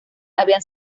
habían